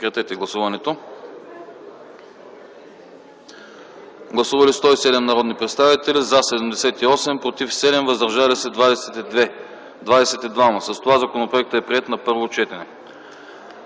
С това законопроектът е приет на първо четене.